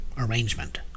arrangement